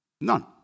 None